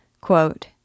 Quote